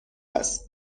است